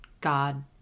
God